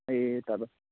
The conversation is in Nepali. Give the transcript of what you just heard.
ए तब